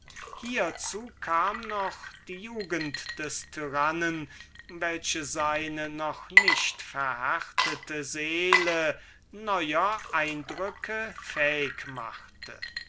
hiezu kam noch die jugend des tyrannen welche seine noch nicht verhärtete seele neuer eindrücke fähig machte